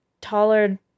taller